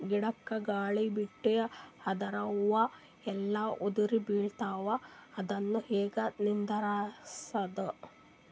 ಗಿಡಕ, ಗಾಳಿ ಬಿಟ್ಟು ಅದರ ಹೂವ ಎಲ್ಲಾ ಉದುರಿಬೀಳತಾವ, ಅದನ್ ಹೆಂಗ ನಿಂದರಸದು?